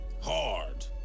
hard